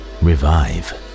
revive